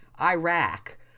iraq